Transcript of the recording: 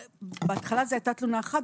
בהתחלה הייתה תלונה אחת,